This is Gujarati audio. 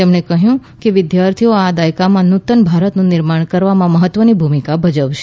તેમણે કહ્યું કે વિદ્યાર્થીઓ આ દાયકામાં નૂતન ભારતનું નિર્માણ કરવામાં મહત્વની ભૂમિકા ભજવશે